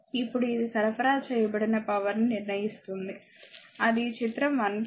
ఇప్పుడు ఇది సరఫరా చేయబడిన పవర్ ని నిర్ణయిస్తుంది అది చిత్రం 1